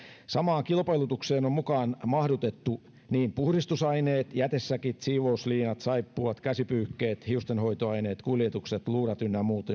samaan kilpailutukseen on mukaan mahdutettu niin puhdistusaineet jätesäkit siivousliinat saippuat käsipyyhkeet hiustenhoitoaineet kuljetukset luudat ynnä muut